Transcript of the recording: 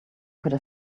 could